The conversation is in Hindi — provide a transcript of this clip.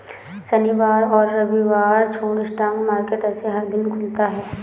शनिवार और रविवार छोड़ स्टॉक मार्केट ऐसे हर दिन खुलता है